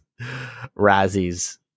Razzies